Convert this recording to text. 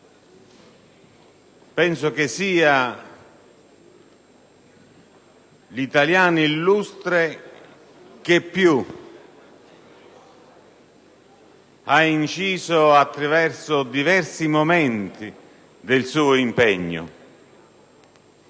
Penso che sia l'italiano illustre che più ha inciso attraverso diversi momenti del suo impegno.